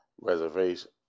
reservation